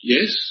Yes